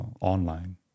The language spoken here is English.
online